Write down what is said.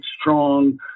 strong